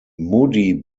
moody